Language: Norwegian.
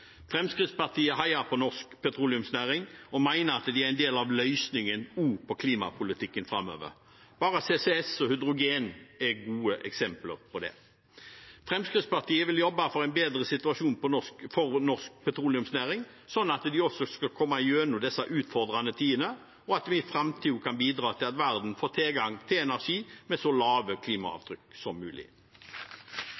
Fremskrittspartiet heier på norsk petroleumsnæring og mener at den er en del av løsningen også på klimapolitikken framover. Bare CCS og hydrogen er gode eksempler på det. Fremskrittspartiet vil jobbe for en bedre situasjon for norsk petroleumsnæring, slik at den skal komme gjennom disse utfordrende tidene, og at vi i framtiden kan bidra til at verden får tilgang til energi med så lave